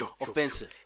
offensive